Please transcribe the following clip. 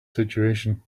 situation